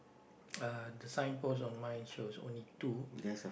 uh the signpost on mine shows only two